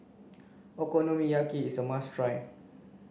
okonomiyaki is a must try